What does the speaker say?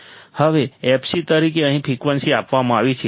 હવે fc તરીકે અહીં ફ્રિકવન્સી આપવામાં આવી છે